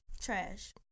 Trash